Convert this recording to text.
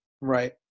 right